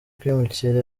kwimukira